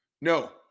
No